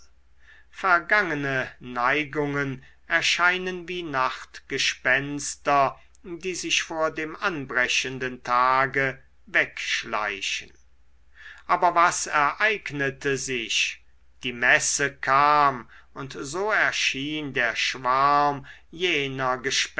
vergangene neigungen erscheinen wie nachtgespenster die sich vor dem anbrechenden tage wegschleichen aber was ereignete sich die messe kam und so erschien der schwarm jener